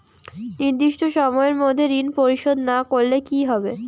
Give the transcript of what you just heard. নির্দিষ্ট সময়ে মধ্যে ঋণ পরিশোধ না করলে কি হবে?